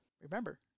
Remember